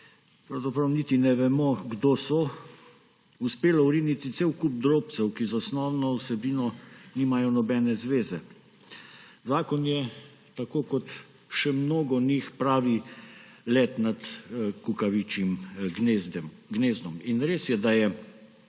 pravzaprav niti ne vemo, kdo so, uspelo vrniti cel kup drobcev, ki z osnovno vsebino nimajo nobene zveze. Zakon je, tako kot še mnogo njih, pravi Let nad kukavičjim gnezdom. In res je, da je